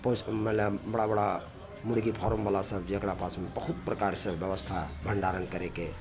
मने बड़ा बड़ा मुर्गी फारम बला सब जेकरा पासमे बहुत प्रकार से बेबस्था भंडारण करेके